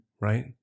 right